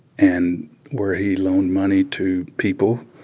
and where he loaned money to people.